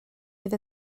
fydd